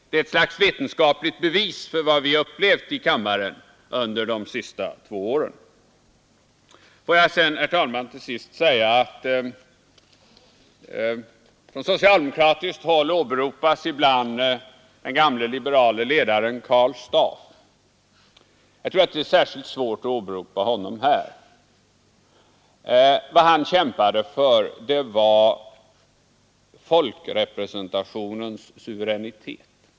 Det är ett slags vetenskapligt bevis för vad vi har upplevt i kammaren under de senaste två åren. Till sist, herr talman: Från socialdemokratiskt håll åberopas ibland den gamle liberale ledaren Karl Staaff. Jag tror att det är särskilt svårt att åberopa honom här. Vad han kämpade för var folkrepresentationens suveränitet.